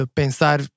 pensar